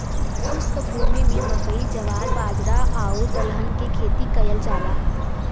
शुष्क भूमि में मकई, जवार, बाजरा आउर दलहन के खेती कयल जाला